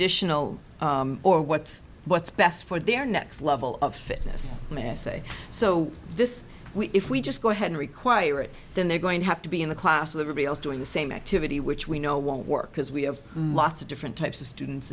dishes or what what's best for their next level of fitness my essay so this if we just go ahead require it then they're going to have to be in the class of everybody else doing the same activity which we know won't work because we have lots of different types of students